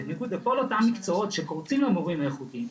בניגוד לכל אותם מקצועות שקורצים למורים האיכותיים,